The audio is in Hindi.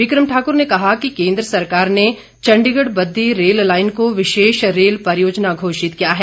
बिक्रम ठाकुर ने कहा कि केंद्र सरकार ने चंडीगढ़ बद्दी रेल लाइन को विशेष रेल परियोजना घोषित किया है